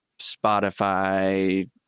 Spotify